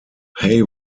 hay